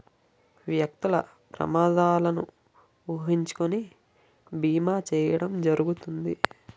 వ్యక్తులు ప్రమాదాలను ఊహించుకొని బీమా చేయడం జరుగుతుంది